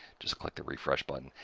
just click the refresh button.